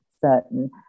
certain